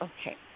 okay